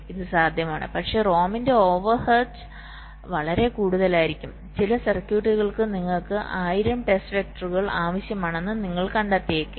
ഇത് സാധ്യമാണ് പക്ഷേ റോമിന്റെ ഓവർഹെഡ് വളരെ കൂടുതലായിരിക്കും ചില സർക്യൂട്ടുകൾക്ക് നിങ്ങൾക്ക് 1000 ടെസ്റ്റ് വെക്റ്ററുകൾ ആവശ്യമാണെന്ന് നിങ്ങൾ കണ്ടെത്തിയേക്കാം